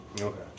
Okay